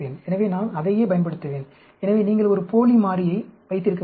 எனவே நான் அதையே பயன்படுத்துவேன் எனவே நீங்கள் ஒரு போலி மாறியை வைத்திருக்க முடியும்